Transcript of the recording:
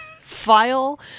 file